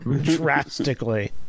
drastically